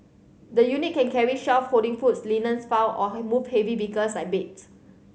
the unit can carry shelve holding foods linens file or move heavy bigger like beds